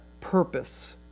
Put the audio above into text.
purpose